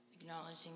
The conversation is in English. Acknowledging